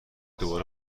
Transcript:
دوباره